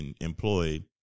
employed